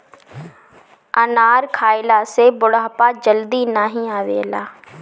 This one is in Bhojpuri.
अनार खइला से बुढ़ापा जल्दी नाही आवेला